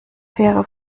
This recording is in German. fähre